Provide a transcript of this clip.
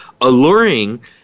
alluring